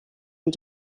and